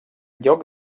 lloc